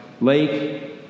lake